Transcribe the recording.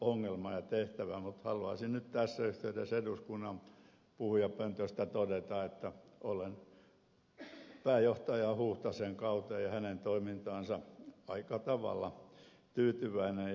mutta haluaisin nyt tässä yhteydessä eduskunnan puhujapöntöstä todeta että olen pääjohtaja huuhtasen kauteen ja hänen toimintaansa aika tavalla tyytyväinen